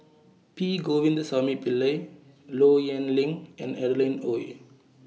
P Govindasamy Pillai Low Yen Ling and Adeline Ooi